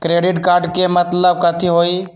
Credit card के मतलब कथी होई?